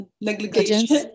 negligence